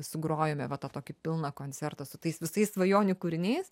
sugrojome va tą tokį pilną koncertą su tais visais svajonių kūriniais